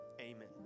amen